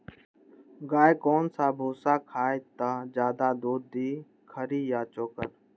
गाय कौन सा भूसा खाई त ज्यादा दूध दी खरी या चोकर?